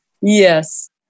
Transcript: Yes